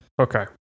Okay